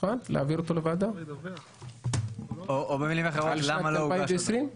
מוכן להעביר אותו לוועדה, של שנת 2020?